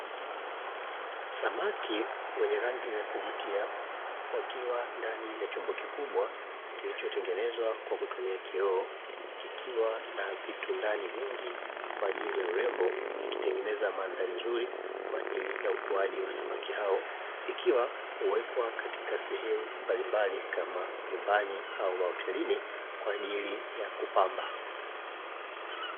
Samaki wenye rangi za kuvutia wakiwa ndani ya chombo kikubwa kilichotengenezwa kwa kutumia kioo kikiwa na vitu ndani vingi kwa ajili ya urembo, vikitengeneza mandhari nzuri kwa ajili ya ukuaji wa samaki hao ikiwa huwekwa katika sehemu mbalimbali kama nyumbani au mahotelini kwa ajili ya kupamba.